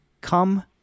come